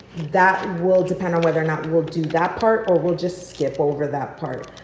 that will depend on whether or not we'll do that part or we'll just skip over that part.